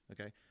Okay